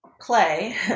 play